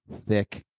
thick